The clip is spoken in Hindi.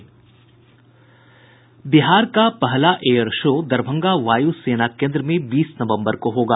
बिहार का पहला एयर शो दरभंगा वायु सेना केन्द्र में बीस नवम्बर को होगा